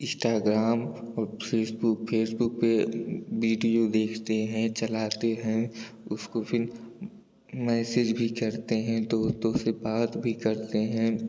Instagram और Facebook Facebook पर video देखते हैं चलाते हैं उसको फ़िर मैसेज भी करते हैं दोस्तों से बात भी करते हैं